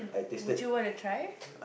would you want to try